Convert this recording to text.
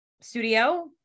studio